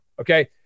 Okay